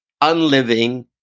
unliving